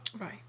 Right